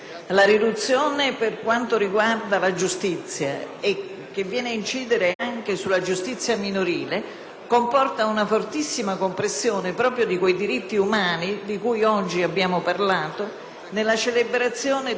che viene ad incidere anche sulla giustizia minorile, comporta una fortissima compressione proprio di quei diritti umani di cui oggi abbiamo parlato nella celebrazione dell'anniversario della Dichiarazione fondamentale dei diritti umani.